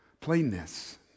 plainness